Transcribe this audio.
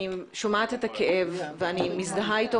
אני שומעת את הכאב ואני מאוד מזדהה אתו.